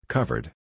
Covered